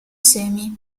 semi